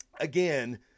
Again